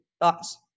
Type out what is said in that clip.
Thoughts